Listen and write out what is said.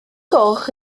goch